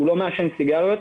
לא מעשן סיגריות,